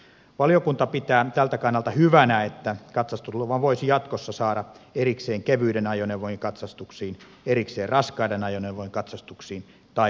valiokunta pitää tältä kannalta hyvänä että katsastusluvan voisi jatkossa saada erikseen kevyiden ajoneuvojen katsastuksiin erikseen raskaiden ajoneuvojen katsastuksiin tai molempiin